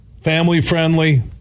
family-friendly